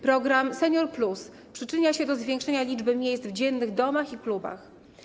Program „Senior+” przyczynia się do zwiększenia liczby miejsc w dziennych domach i klubach.